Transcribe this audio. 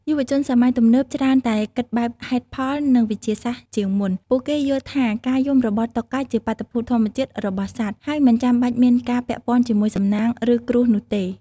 យុវជនសម័យទំនើបច្រើនតែគិតបែបហេតុផល និងវិទ្យាសាស្ត្រជាងមុន។ ពួកគេយល់ថាការយំរបស់តុកែជាបាតុភូតធម្មជាតិរបស់សត្វ ហើយមិនចាំបាច់មានការពាក់ព័ន្ធជាមួយសំណាងឬគ្រោះនោះទេ។